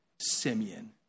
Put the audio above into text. Simeon